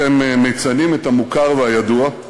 אתם מציינים את המוכר והידוע,